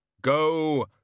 Go